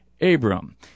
Abram